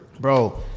Bro